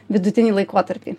vidutinį laikotarpį